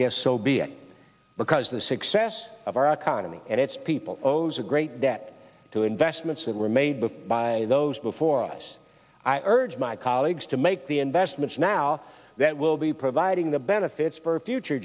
guess so be it because the success of our economy and its people owes a great debt to investments that were made before by those before us i urge my colleagues to make the investments now that will be providing the benefits for future